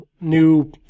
new